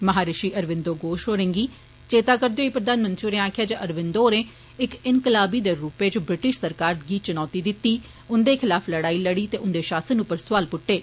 महार्षि अरविन्दो गोष होरें गी चेता करदे होई प्रधानमंत्री होरें आक्खेआ जे अरविन्दो होरें इक इनकलाबी दे रूपै च ब्रिटिश सरकार गी चुनौती दिती उन्दे खिलाफ लड़ाई लड़ी ते उन्दे शासन उप्पर सौआल पुट्टे